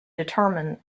determine